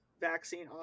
vaccine